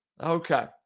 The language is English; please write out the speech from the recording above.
okay